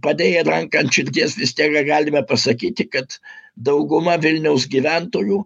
padėję ranką ant širdies vis tiek ga galime pasakyti kad dauguma vilniaus gyventojų